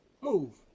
Move